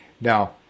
Now